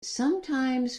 sometimes